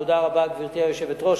תודה רבה, גברתי היושבת-ראש.